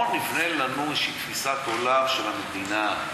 בואו נבנה לנו איזו תפיסת עולם של המדינה,